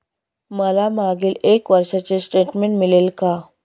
मला मागील एक वर्षाचे स्टेटमेंट मिळेल का?